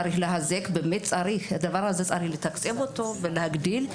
צריך לתחזק אותו ולהגדיל.